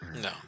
no